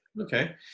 Okay